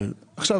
אחוזים.